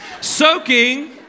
soaking